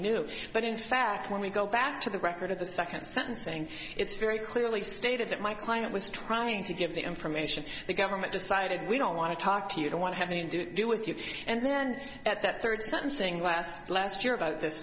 knew but in fact when we go back to the record of the second sentencing it's very clearly stated that my client was trying to give the information to the government decided we don't want to talk to you don't want to have anything to do with you and then at that third sentencing last last year about this